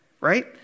right